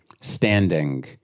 standing